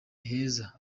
heza